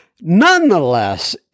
Nonetheless